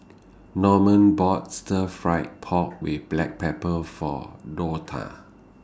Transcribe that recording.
Norman bought Stir Fried Pork with Black Pepper For Donta